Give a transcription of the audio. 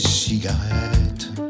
cigarettes